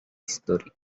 historique